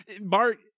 bart